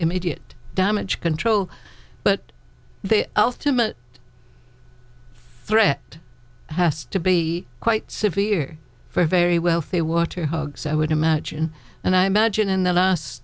immediate damage control but the ultimate threat has to be quite severe for very wealthy water hugs i would imagine and i imagine in the last